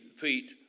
feet